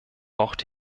braucht